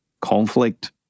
conflict